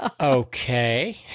Okay